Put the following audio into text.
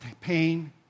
pain